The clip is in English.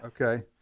Okay